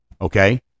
okay